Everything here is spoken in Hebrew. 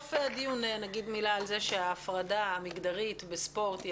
בסוף הדיון נגיד מילה על זה שההפרדה המגדרית בספורט היא